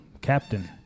captain